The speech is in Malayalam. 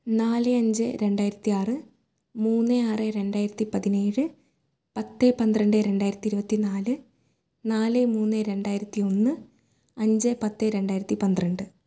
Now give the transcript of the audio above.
നാല് അഞ്ച് രണ്ടായിരത്തി ആറ് മൂന്ന് ആറ് രണ്ടായിരത്തി പതിനേഴ് പത്ത് പന്ത്രണ്ട് രണ്ടായിരത്തി ഇരുപത്തി നാല് നാല് മുന്ന് രണ്ടായിരത്തി ഒന്ന് അഞ്ച് പത്ത് രണ്ടായിരത്തി പന്ത്രണ്ട്